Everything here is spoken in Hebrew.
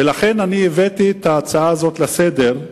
ולכן אני הבאתי את ההצעה הזו לסדר-היום,